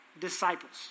disciples